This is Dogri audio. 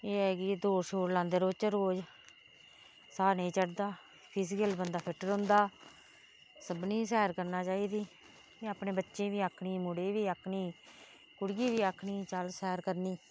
एह् ऐ कि दौड़ शौड़ लांदे रौहचै रोज साह् नेईं चढ़दा फिजिकली बंदा फिट रौहंदा सभनें गी सैर करना चाहिदी ते अपने बच्चें गी बी आक्खनी मुड़े गी बी आक्खनी कुड़िये गी बी आक्खनी चल सैर कर